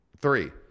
Three